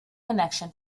connection